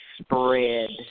spread